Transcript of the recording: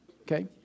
Okay